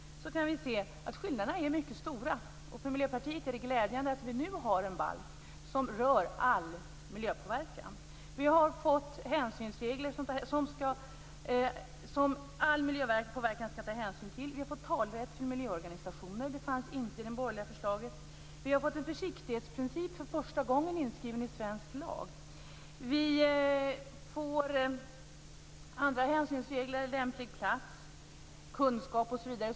Skillnaderna är mycket stora. För oss i Miljöpartiet är det glädjande att vi nu har en balk som rör all miljöpåverkan. Vi har fått regler som det vid all miljöpåverkan skall tas hänsyn till. Vi har fått talerätt för miljöorganisationer, vilket inte fanns med i det borgerliga förslaget. Vi har för första gången fått en försiktighetsprincip inskriven i svensk lag. Vi får också andra hänsynsregler. Det gäller lämplig plats, kunskap osv.